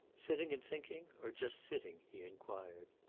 sitting and thinking, or just sitting? he inquired.